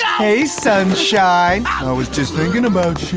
hey sunshine. i was just thinkin' about